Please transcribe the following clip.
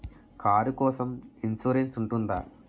Car కోసం insurance ఉంటుందా?